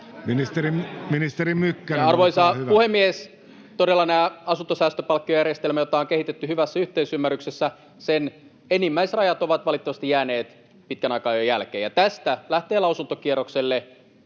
Arvoisa puhemies! Todella tämän asuntosäästöpalkkiojärjestelmän — jota on kehitetty hyvässä yhteisymmärryksessä — enimmäisrajat ovat valitettavasti jääneet jo pitkän aikaa jälkeen. Tästä lähtee lausuntokierrokselle